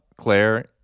Claire